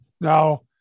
Now